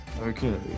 okay